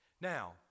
Now